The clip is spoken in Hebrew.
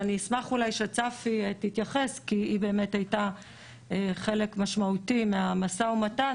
אני אשמח שצפי תתייחס כי היא הייתה חלק משמעותי מהמשא-ומתן